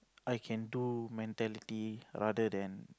I can do mentality rather than